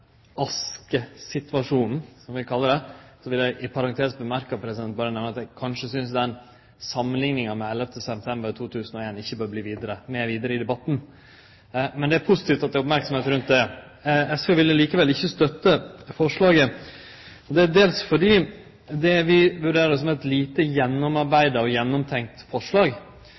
oskesituasjonen, som vi kallar det. Så vil eg berre i parentes nemne at eg kanskje synest samanlikninga med 11. september 2001 ikkje bør vere med vidare i debatten. Det er positivt at det er oppmerksemd rundt det, men vi vil likevel ikkje støtte forslaget. Det er dels fordi vi vurderer det som eit lite gjennomarbeidd og gjennomtenkt forslag,